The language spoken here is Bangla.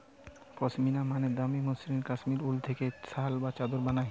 পশমিনা মানে দামি মসৃণ কাশ্মীরি উল থেকে শাল বা চাদর বানায়